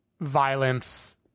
violence